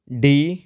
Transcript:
D